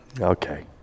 Okay